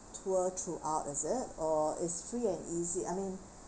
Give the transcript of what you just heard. tour throughout is it or it's free and easy I mean